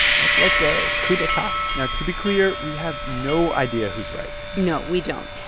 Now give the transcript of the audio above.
that's like a coup d'etat now, to be clear, we have no idea who's right no, we don't.